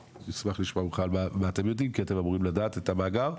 אשמח לשמוע ממך מה אתם יודעים כי אתם אמורים לדעת את המאגר.